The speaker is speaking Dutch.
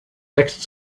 tekst